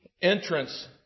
entrance